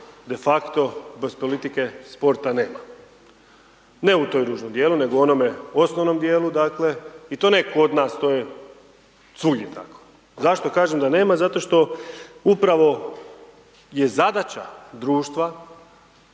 de facto, kroz politike sporta nema. Ne u tom ružnom dijelu, nego u onome osnovnome dijelu, dakle, i to ne kod nas, to je svugdje tako. Zašto kažem da nema, zato što, upravo je zadaća društva,